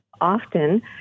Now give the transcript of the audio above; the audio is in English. often